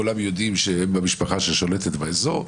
כולם יודעים שזו המשפחה השולטת באזור.